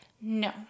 no